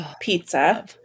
pizza